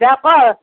অঁ ক